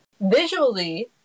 visually